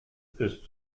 ist